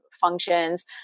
functions